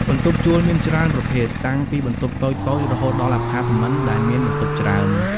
បន្ទប់ជួលមានច្រើនប្រភេទ តាំងពីបន្ទប់តូចៗរហូតដល់អាផាតមិនដែលមានបន្ទប់ច្រើន។